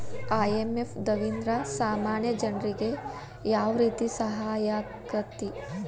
IMF ದವ್ರಿಂದಾ ಸಾಮಾನ್ಯ ಜನ್ರಿಗೆ ಯಾವ್ರೇತಿ ಸಹಾಯಾಕ್ಕತಿ?